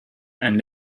and